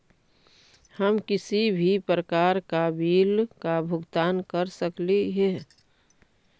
हम किसी भी प्रकार का बिल का भुगतान कर सकली हे?